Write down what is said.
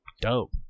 Dope